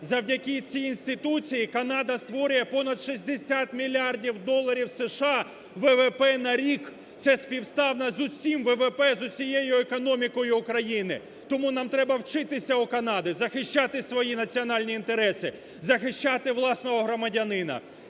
Завдяки цій інституції Канада створює понад 60 мільярдів доларів США ВВП на рік. Це співставна з усім ВВП, з усією економікою України. Тому нам треба вчитися у Канади захищати свої національні інтереси, захищати власного громадянина.